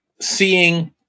seeing